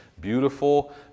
beautiful